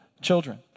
Children